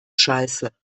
scheiße